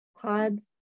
pods